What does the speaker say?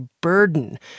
burden